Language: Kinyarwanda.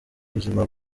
buzima